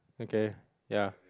okay ya